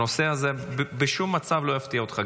הנושא הזה בשום מצב לא יפתיע אותך.